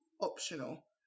optional